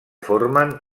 formen